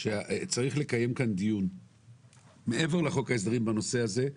שצריך לקיים כאן דיון מעבר לחוק ההסדרים בנושא הזה,